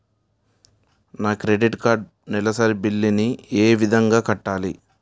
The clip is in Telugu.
నా క్రెడిట్ కార్డ్ నెలసరి బిల్ ని ఏ విధంగా కట్టాలి?